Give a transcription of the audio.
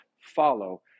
follow